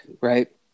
Right